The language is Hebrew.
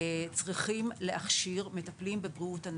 צריכים להכשיר מטפלים בבריאות הנפש.